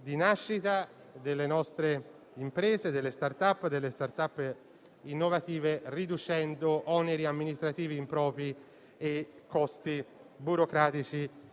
di nascita delle nostre imprese, delle *start-up* e delle *start-up* innovative riducendo oneri amministrativi impropri e costi burocratici